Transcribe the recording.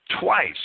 Twice